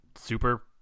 super